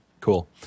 Cool